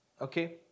Okay